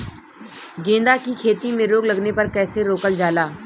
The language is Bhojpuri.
गेंदा की खेती में रोग लगने पर कैसे रोकल जाला?